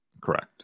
correct